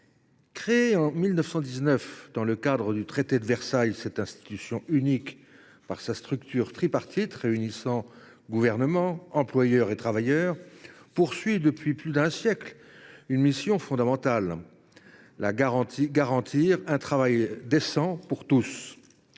Créée en 1919 dans le cadre du traité de Versailles, cette institution, unique par sa structure tripartite réunissant gouvernements, employeurs et travailleurs, assume depuis plus d’un siècle une mission fondamentale, celle de garantir un travail décent pour tous.